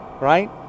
right